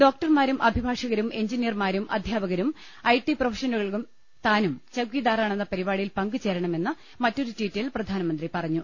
ഡോക്ടർമാരും അഭിഭാഷകരും എഞ്ചിനിയർമാരും അധ്യാപക രും ഐടി പ്രൊഫഷണലുകളും താനും ചൌക്കീദാറാണെന്ന പരി പാടിയിൽ പങ്കു ചേരണമെന്ന് മറ്റൊരു ട്വീറ്റിൽ പ്രധാനമന്ത്രി പറ ഞ്ഞു